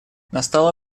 настало